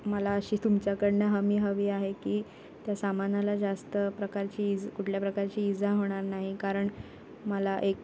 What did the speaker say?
मला अशी तुमच्याकडून हमी हवी आहे की त्या सामानाला जास्त प्रकारची इज कुठल्या प्रकारची इजा होणार नाही कारण मला एक